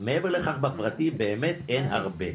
מעבר לכך בפרטי באמת אין הרבה,